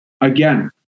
again